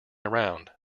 around